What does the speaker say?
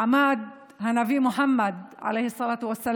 עמד הנביא מוחמד (אומרת בערבית: עליו השלום וברכת האל)